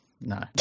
No